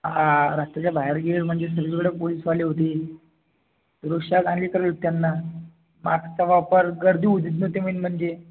हां रात्रीच्या बाहेर गिहेर म्हणजे सगळीकडं पोलिसवाले होते आणली तर त्यांना मास्कचा वापर गर्दी होऊ देत नव्हते मेन म्हणजे